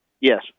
Yes